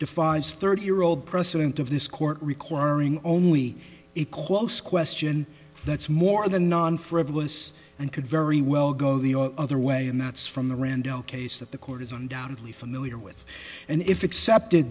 defies thirty year old precedent of this court requiring only a quotes question that's more than non frivolous and could very well go the other way and that's from the randell case that the court is undoubtedly familiar with and if accepted